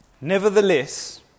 Nevertheless